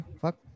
Fuck